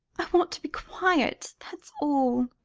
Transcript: i want to be quiet that's all.